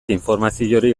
informaziorik